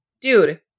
Dude